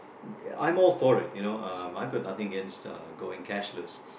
I'm more for it you know uh I have got nothing against uh going cashless